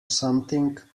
something